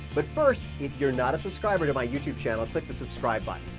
but first, if you're not a subscriber to my youtube channel, click the subscribe button.